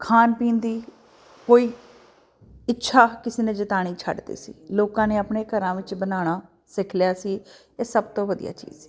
ਖਾਣ ਪੀਣ ਦੀ ਕੋਈ ਇੱਛਾ ਕਿਸੇ ਨੇ ਜਿਤਾਉਣੀ ਛੱਡਤੀ ਸੀ ਲੋਕਾਂ ਨੇ ਆਪਣੇ ਘਰਾਂ ਵਿੱਚ ਬਣਾਉਣਾ ਸਿੱਖ ਲਿਆ ਸੀ ਇਹ ਸਭ ਤੋਂ ਵਧੀਆ ਚੀਜ਼ ਸੀ